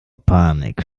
panik